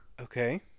Okay